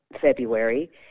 February